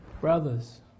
brothers